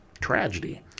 tragedy